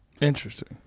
Interesting